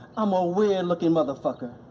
i'm a weird looking motherfucker,